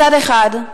מצד אחד,